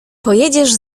pojedziesz